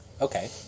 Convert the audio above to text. Okay